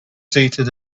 seated